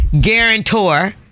guarantor